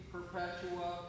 Perpetua